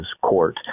court